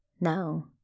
No